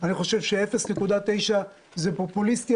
אני חושב ש-0.9 זה פופוליסטי,